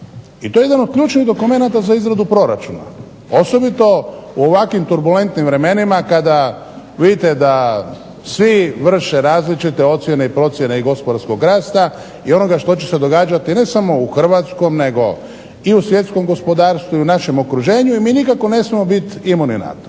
i to je jedan od ključnih dokumenta za izradu proračuna. Osobito u ovakvim turbulentnim vremenima kada vidite da svi vrše različite ocjene i procjene gospodarskog rasta i onoga što će se događati ne samo u hrvatskom nego i u svjetskom gospodarstvu i u našem okruženju i mi nikako ne smijemo biti imuni na to.